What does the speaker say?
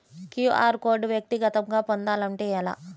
QR code వ్యక్తిగతంగా పొందాలంటే ఎలా?